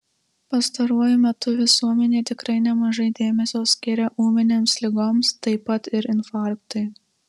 pastaruoju metu visuomenė tikrai nemažai dėmesio skiria ūminėms ligoms taip pat ir infarktui